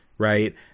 Right